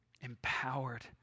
empowered